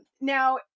Now